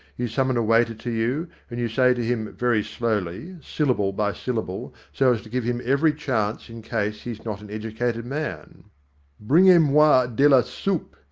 you summon a waiter to you and you say to him very slowly, syllable by syllable, so as to give him every chance in case he's not an educated man bringez moi de la soupe,